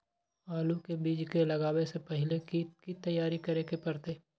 आलू के बीज के लगाबे से पहिले की की तैयारी करे के परतई?